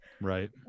Right